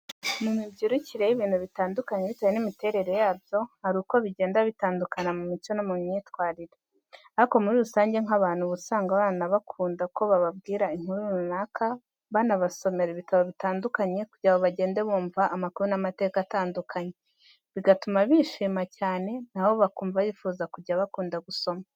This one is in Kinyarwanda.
Mu mibyirukire y'ibintu bitandukanye bitewe n'imiterere yabyo hari uko bigenda bitandukana mu mico no mu myitwarire. Ariko muri rusange nk'abantu uba usanga abana bakunda ko bababwira inkuru runaka banabasomera ibitabo bitandukanye kugira ngo bagende bumva amakuru n'amateka atandukanye bigatuma bishima cyane na bo bakumva bifuza kujya bakunda gusoma.